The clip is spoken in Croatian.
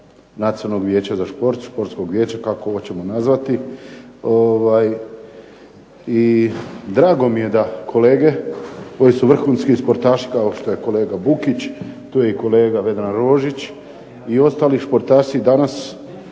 Nacionalnog vijeća za šport, športskog vijeća kako hoćemo nazvati. I drago mi je da kolege koji su vrhunski športaši kao što je kolega Bukić, tu je i kolega Vedran Rožić i ostali športaši danas